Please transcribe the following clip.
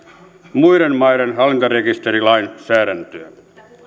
muiden maiden hallintarekisterilainsäädäntöä